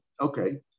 Okay